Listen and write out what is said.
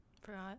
Forgot